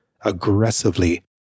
aggressively